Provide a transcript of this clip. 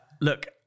Look